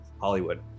Hollywood